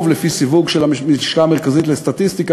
לפי סיווג של הלשכה המרכזית לסטטיסטיקה,